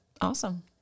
Awesome